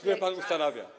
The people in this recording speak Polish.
które pan ustanawia.